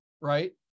right